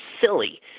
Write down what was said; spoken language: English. silly